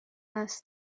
است